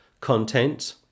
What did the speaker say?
content